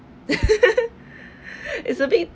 it's a bit